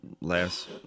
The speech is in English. last